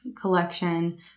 collection